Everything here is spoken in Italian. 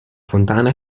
fontana